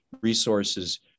resources